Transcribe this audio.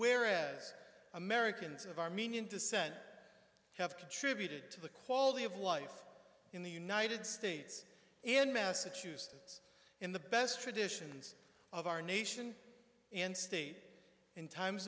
whereas americans of armenian descent have contributed to the quality of life in the united states in massachusetts in the best traditions of our nation and stayed in times